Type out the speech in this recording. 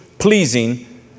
pleasing